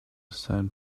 sand